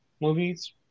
movies